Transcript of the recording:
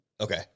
Okay